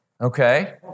Okay